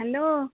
hello